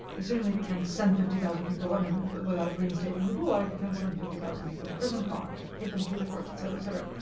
and certainly can't send fifty thousand people i mean without reinstating the gulag. you can't send fifty thousand people to prison colonies, put them through the courts, etc, etc,